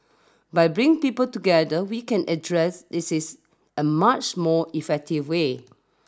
by bringing people together we can address this is a much more effective way